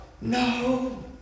no